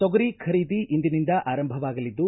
ತೊಗರಿ ಖರೀದಿ ಇಂದಿನಿಂದ ಆರಂಭವಾಗಲಿದ್ದು